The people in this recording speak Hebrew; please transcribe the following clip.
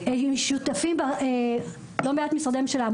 שותפים בה לא מעט משרדי ממשלה.